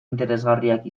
interesgarriak